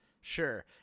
Sure